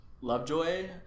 Lovejoy